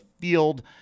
field